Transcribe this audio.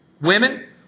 Women